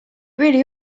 really